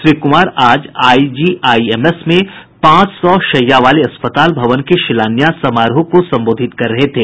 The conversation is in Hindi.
श्री कुमार आज आईजीआईएमएस में पांच सौ शैय्या वाले अस्पताल भवन के शिलान्यास समारोह को संबोधित कर रहे थे